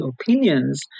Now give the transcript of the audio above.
opinions